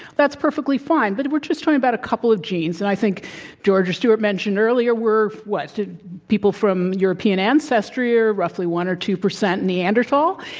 that's perfectly fine. but we're just talking about a couple of genes and i think george or stewart mentioned earlier, we're, what? people from european ancestry are roughly one or two percent neanderthal,